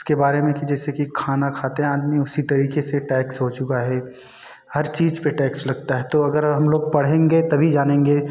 इसके बारे में की जैसे कि खाना खाते आदमी उसी तरीके से टैक्स हो चुका है हर चीज़ पर टैक्स लगता है तो अगर हम लोग पढ़ेंगे तभी जानेंगे